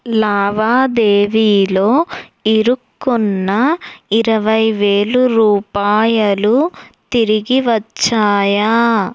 లావాదేవీలో ఇరుక్కున్న ఇరవైవేలు రూపాయలు తిరిగి వచ్చాయా